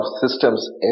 systems